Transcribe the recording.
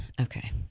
Okay